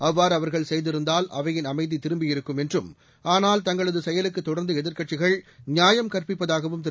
அவ்வாறு அவர்கள் செய்திருந்தால் அவையில் அமைதி திரும்பியிருக்கும் என்றும் ஆனால் தங்களது செயலுக்கு தொடர்ந்து எதிர்க்கட்சிகள் நியாயம் கற்பிப்பதாகவும் திரு